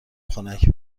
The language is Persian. خنک